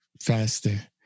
Faster